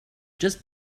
just